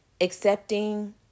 Accepting